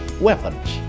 weapons